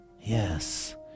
yes